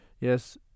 yes